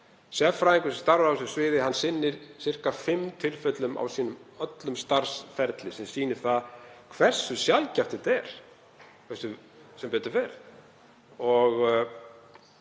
Sérfræðingur sem starfar á þessu sviði sinnir sirka fimm tilfellum á öllum sínum starfsferli sem sýnir hversu sjaldgæft þetta er, sem betur fer.